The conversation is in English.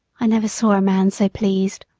i never saw a man so pleased.